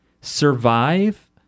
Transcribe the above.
survive